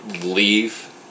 leave